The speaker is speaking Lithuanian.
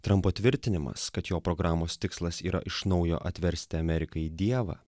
trampo tvirtinimas kad jo programos tikslas yra iš naujo atversti ameriką į dievą